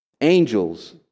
Angels